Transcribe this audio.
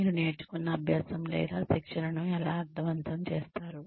మీరు నేర్చుకున్న అభ్యాసం లేదా శిక్షణను ఎలా అర్ధవంతం చేస్తారు